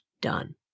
Done